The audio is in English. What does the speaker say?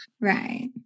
Right